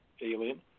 alien